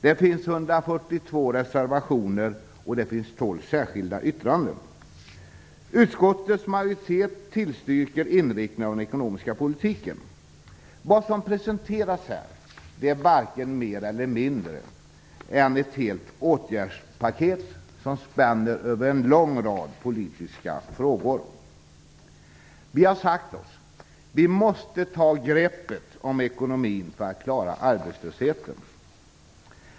Det finns 142 reservationer, och det finns 12 särskilda yttranden. Utskottets majoritet tillstyrker inriktningen av den ekonomiska politiken. Vad som presenteras är varken mer eller mindre än ett helt åtgärdspaket som spänner över en lång rad politiska frågor. Vi har sagt att vi måste ta greppet om ekonomin för att vi skall klara arbetslösheten.